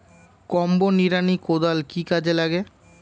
Combo নিড়ানি কোদাল কি কাজে লাগে?